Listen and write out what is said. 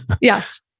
Yes